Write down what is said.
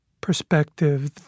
perspective